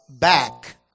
back